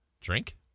Drink